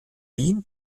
wien